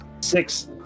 six